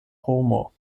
romo